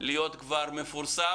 להיות מפורסם.